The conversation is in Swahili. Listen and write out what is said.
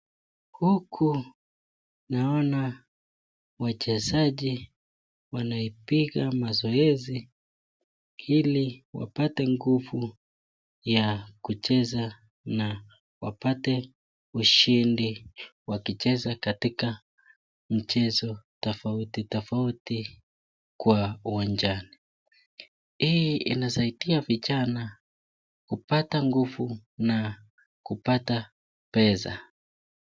Huku naona wachezaji wanaipiga mazoezi ili wapate nguvu ya kucheza na wapate ushindi wakicheza katika mchezo tofauti tofauti kwa uwanjani. Hii inasaidia vijana kupata nguvu na kupata pesa.